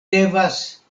devas